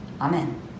Amen